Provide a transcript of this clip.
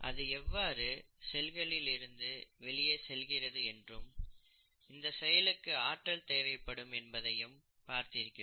அது எவ்வாறு செல்களிலிருந்து வெளியே செல்கிறது என்றும் இந்த செயலுக்கு ஆற்றல் தேவைப்படும் என்பதையும் பார்த்திருக்கிறோம்